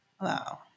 Wow